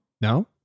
No